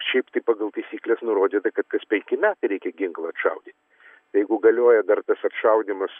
šiaip tai pagal taisykles nurodyta kad kas penki metai reikia ginklą atšaudyt tai jeigu galioja dar tas atšaudymas